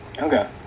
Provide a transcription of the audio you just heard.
Okay